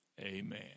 Amen